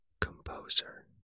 composer